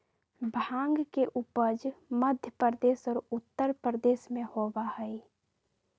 भांग के उपज मध्य प्रदेश और उत्तर प्रदेश में होबा हई